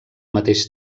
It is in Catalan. mateix